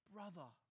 Brother